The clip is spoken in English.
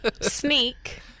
Sneak